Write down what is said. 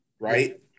right